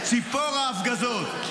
ציפור ההפגזות,